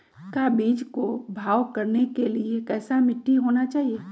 का बीज को भाव करने के लिए कैसा मिट्टी होना चाहिए?